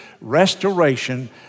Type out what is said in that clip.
restoration